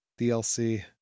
DLC